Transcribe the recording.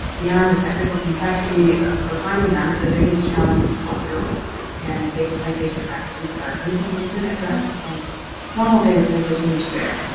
beyond the technical complexity for finding them the biggest challenge is cultural and data citation practices are inconsistent at best and formal data citation is rare.